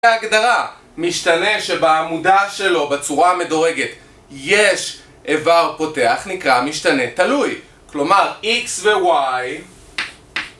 בהגדרה, משתנה שבעמודה שלו, בצורה המדורגת, יש איבר פותח נקרא משתנה תלוי. כלומר x וy...